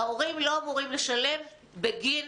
ההורים לא אמורים לשלם בגין